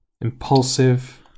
Impulsive